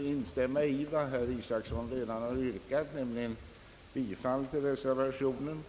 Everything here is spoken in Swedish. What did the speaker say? instämma i vad herr Isacson har yrkat, nämligen bifall till reservationen.